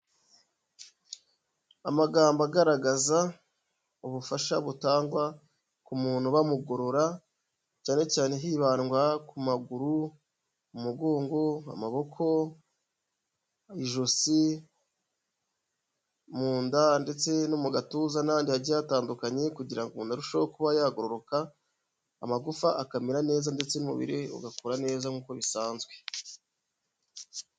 Amagambo agaragaza ubufasha butangwa ku muntu bamugorora, cyane cyane hibandwa ku maguru, umugongo, amaboko, ijosi, mu nda, ndetse no mu gatuza, n'ahandi hagiye hatandukanye, kugira ngo umuntu arusheho kuba yagororoka, amagufa akamera neza, ndetse n'umubiri we ugakora neza nk'uko bisanzwe.